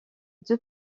deux